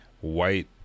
white